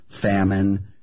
famine